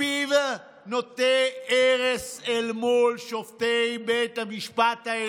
וחוזר על מה שהוא עשה מהכנסת הקודמת וקורא